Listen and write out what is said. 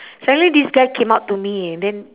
suddenly this guy came up to me and then